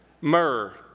myrrh